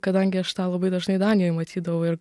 kadangi aš tą labai dažnai danijoj matydavau ir